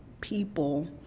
people